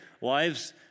wives